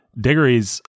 Diggory's